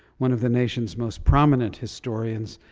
one of the nation's most prominent historians.